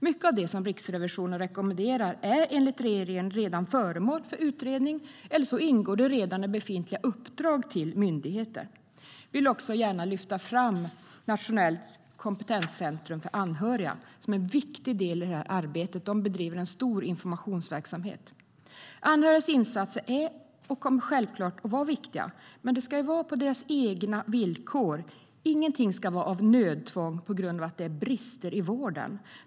Mycket av det som Riksrevisionen rekommenderar är enligt regeringen redan föremål för utredning eller också ingår det i befintliga uppdrag till myndigheter. Vi vill gärna också lyfta fram Nationellt kompetenscentrum för anhöriga som är en viktig del i det här arbetet. Det nationella kunskapscentrumet bedriver en omfattande informationsverksamhet. Anhörigas insatser är och kommer självklart att vara viktiga, men det ska vara på deras egna villkor. Ingenting ska vara av nödtvång på grund av att det finns brister i vården.